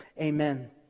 amen